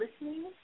listening